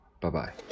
bye-bye